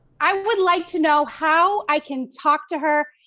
i would like to know how i can talk to her,